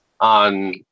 on